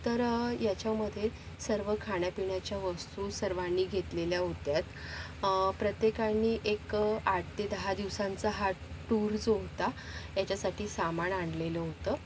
तर याच्यामध्ये सर्व खाण्या पिण्याच्या वस्तू सर्वांनी घेतलेल्या होत्या प्रत्येकाने एक आठ ते दहा दिवसांचा हा टूर जो होता याच्यासाठी सामान आणलेलं होतं